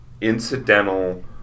incidental